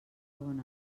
bon